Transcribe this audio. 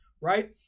right